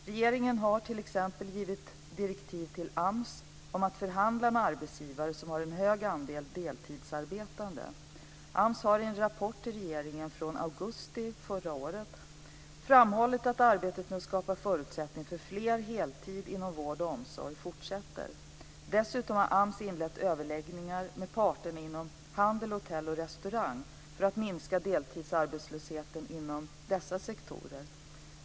Regeringen har t.ex. gett direktiv till AMS om att förhandla med arbetsgivare som har en hög andel deltidsarbetande. AMS har i en rapport till regeringen från augusti 2001 framhållit att arbetet med att skapa förutsättningar för fler heltidsarbetande inom vård och omsorgssektorn fortsätter. Dessutom har AMS inlett överläggningar med partsintressen inom handel, hotell och restaurangbranschen för att minska deltidsarbetslösheten inom dessa sektorer.